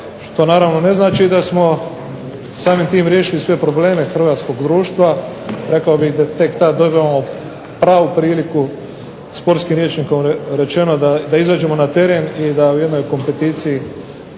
što naravno ne znači da smo samim tim riješili sve probleme hrvatskog društva. Rekao bih da tek tad dobivamo pravu priliku sportskim rječnikom rečeno da izađemo na teren i da u jednoj kompeticiji,